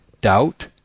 doubt